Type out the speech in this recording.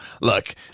look